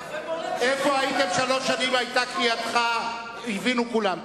איפה הייתם שלוש שנים היתה קריאתך, הבינו כולם.